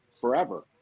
forever